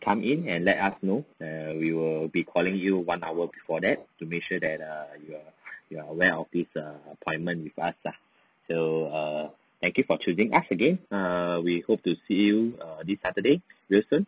come in and let us know err we will be calling you one hour before that to make sure that err you are you're aware of this err appointment with us lah so err thank you for choosing us again err we hope to see you err this saturday real soon